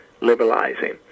liberalizing